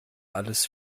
alles